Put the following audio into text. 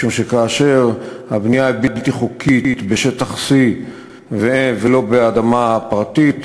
משום שכאשר הבנייה הבלתי-חוקית היא בשטח C ולא באדמה פרטית,